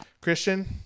christian